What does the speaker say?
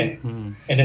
mmhmm